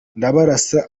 ndabarasa